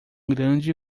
grande